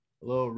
Hello